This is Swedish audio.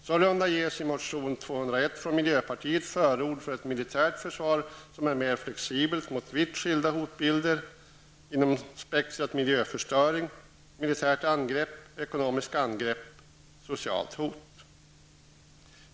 Sålunda ges i motion Fö201 från miljöpartiet förord för ett militärt försvar som är mer flexibelt när det gäller vitt skilda hotbilder inom spektrat miljöförstöring, militärt angrepp, ekonomiskt angrepp och sociala hot.